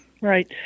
Right